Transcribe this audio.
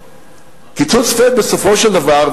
קיצוץ flat בסופו של דבר,